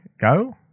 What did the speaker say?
go